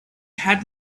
had